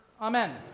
Amen